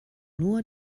nur